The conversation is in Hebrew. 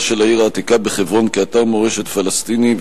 של העיר העתיקה בחברון כאתר מורשת פלסטיני,